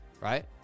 right